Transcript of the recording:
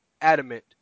adamant